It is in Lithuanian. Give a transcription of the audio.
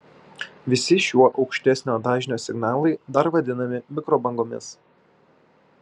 visi šiuo aukštesnio dažnio signalai dar vadinami mikrobangomis